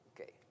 Okay